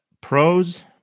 Pros